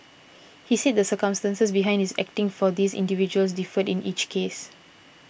he said the circumstances behind his acting for these individuals differed in each case